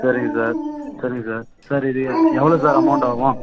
சரிங்க சார் சரிங்க sir sir இது எவ்வளோ சார் அமௌண்ட் ஆகும்